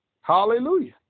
Hallelujah